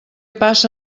passa